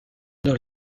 dans